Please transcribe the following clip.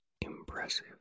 impressive